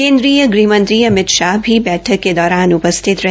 केन्द्रीय गृहमंत्री अमित शाह भी बैठक के दौरान उपस्थित रहे